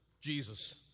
Jesus